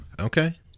Okay